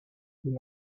vous